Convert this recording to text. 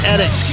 Edit